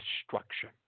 destruction